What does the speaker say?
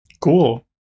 Cool